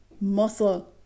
muscle